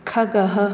खगः